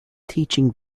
teaching